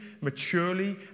maturely